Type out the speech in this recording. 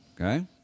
Okay